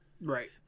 Right